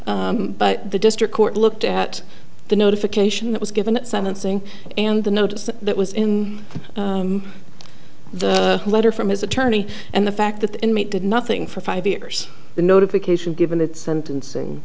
thirteen but the district court looked at the notification that was given at sentencing and the notice that was in the letter from his attorney and the fact that the inmate did nothing for five years the notification given that sentencing